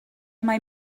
mai